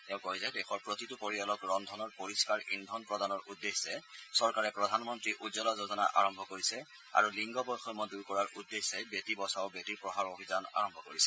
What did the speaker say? তেওঁ কয় যে দেশৰ প্ৰতিটো পৰিয়ালক ৰন্ধনৰ পৰিষ্ণাৰ ইন্ধন প্ৰদানৰ উদ্দেশ্যে চৰকাৰে প্ৰধানমন্ত্ৰী উজ্বলা যোজনা আৰম্ভ কৰিছে আৰু লিংগ বৈষম্য দূৰ কৰাৰ উদ্দেশ্যে বেটী বচাও বেটী পঢ়াও অভিযান আৰম্ভ কৰিছে